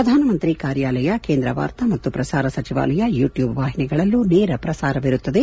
ಪ್ರಧಾನ ಮಂತ್ರಿ ಕಾರ್ಯಾಲಯ ಕೇಂದ್ರ ವಾರ್ತಾ ಮತ್ತು ಪ್ರಸಾರ ಸಚಿವಾಲಯಯೂಟ್ನೂಬ್ ವಾಹಿನಿಗಳಲ್ಲೂ ನೇರ ಪ್ರಸಾರವಿರುತ್ತದೆ